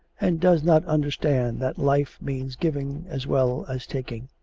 and does not understand that life means giving as well as taking.